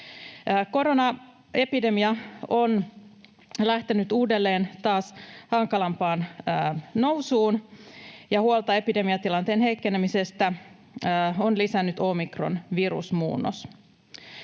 Koronaepidemia on lähtenyt uudelleen taas hankalampaan nousuun, ja huolta epidemiatilanteen heikkenemisestä on lisännyt omikronvirusmuunnos.